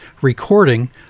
recording